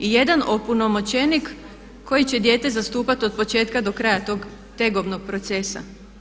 I jedan opunomoćenik koji će dijete zastupati od početka do kraja tog tegobnog procesa.